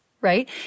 right